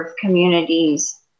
communities